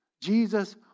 Jesus